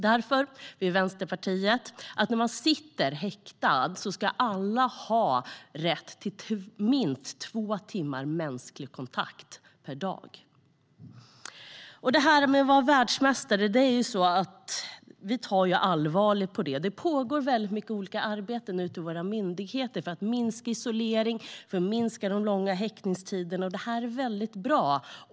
Därför vill Vänsterpartiet att alla barn som sitter häktade ska ha rätt till minst två timmars mänsklig kontakt per dag. Det här med att vara världsmästare tar vi allvarligt på. Det pågår mycket arbete ute hos våra myndigheter för att minska isoleringen och de långa häktningstiderna. Det är mycket bra.